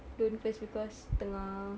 don't first because tengah